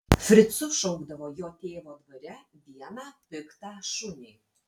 fricu šaukdavo jo tėvo dvare vieną piktą šunį